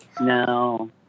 No